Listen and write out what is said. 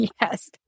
Yes